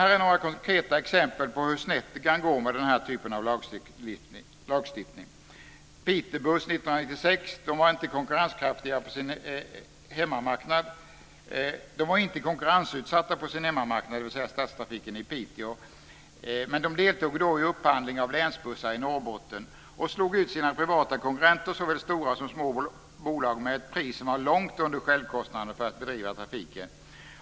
Här är några konkreta exempel på hur snett det kan gå med den här typen av lagstiftning: Pitebuss var 1996 ej konkurrensutsatt på sin hemmamarknad, dvs. stadstrafiken i Piteå, men man deltog i upphandling av länsbussar i Norrbotten och slog ut sina privata konkurrenter, såväl stora som små bolag, med ett pris som var långt under självkostnaden för att bedriva trafiken.